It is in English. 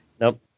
Nope